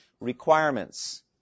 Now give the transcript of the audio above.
requirements